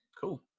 Cool